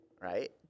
right